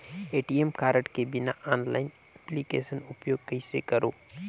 ATM card के बिना online application उपयोग कइसे करो?